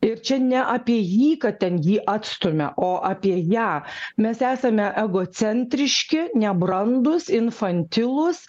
ir čia ne apie jį kad ten jį atstumia o apie ją mes esame egocentriški nebrandūs infantilūs